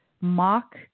mock